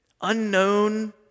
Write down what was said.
unknown